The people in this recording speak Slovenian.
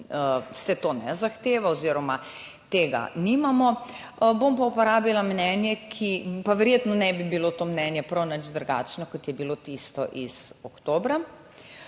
to ne zahteva oziroma tega nimamo, bom pa uporabila mnenje, ki verjetno ne bi bilo prav nič drugačno, kot je bilo tisto iz oktobra.